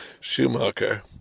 Schumacher